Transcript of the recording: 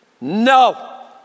no